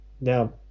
Now